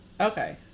Okay